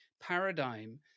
paradigm